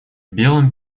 белом